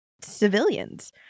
civilians